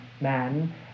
man